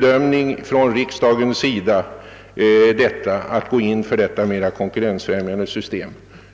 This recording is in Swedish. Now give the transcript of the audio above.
Det är min övertygelse att riksdagen gjorde en riktig bedömning när vi beslöt om ett mera konkurrensfrämjande system.